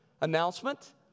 announcement